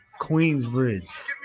Queensbridge